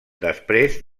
després